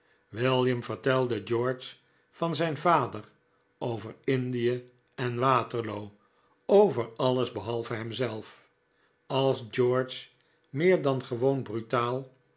william vertelde george van zijn vader over indie en waterloo over alles behalve hemzelf als george meer dan gewoon brutaal